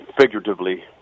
figuratively